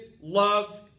loved